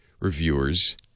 reviewers